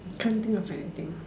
can't think of anything